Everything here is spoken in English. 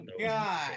God